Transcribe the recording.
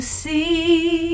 see